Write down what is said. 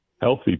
healthy